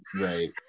Right